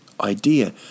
idea